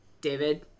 David